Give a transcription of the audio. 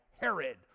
Herod